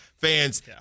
fans